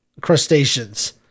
crustaceans